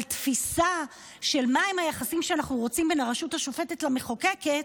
על תפיסה של היחסים שאנחנו רוצים בין הרשות השופטת למחוקקת,